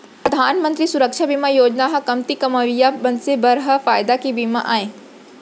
परधान मंतरी सुरक्छा बीमा योजना ह कमती कमवइया मनसे बर बड़ फायदा के बीमा आय